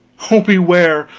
oh, beware!